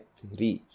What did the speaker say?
three